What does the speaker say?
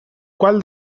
qual